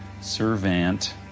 Servant